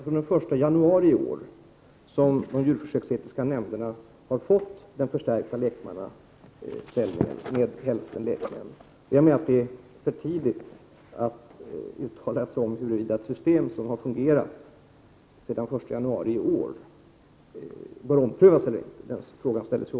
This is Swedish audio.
Från den 1 januari i år har de djurförsöksetiska nämnderna fått ett förstärkt lekmannainflytande. Hälften av nämndens ledamöter är nu lekmän. Det är för tidigt att uttala sig om huruvida ett system som har fungerat sedan den 1 januari i år bör omprövas eller inte.